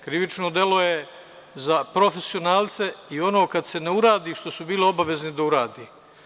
Krivično delo je za profesionalce i ono kad se ne uradi što su bili obavezni da urade.